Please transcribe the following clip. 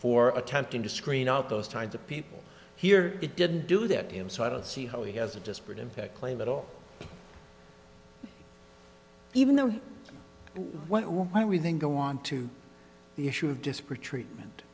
for attempting to screen out those kinds of people here it didn't do that to him so i don't see how he has a disparate impact claim at all even though when we think go on to the issue of disparate treatment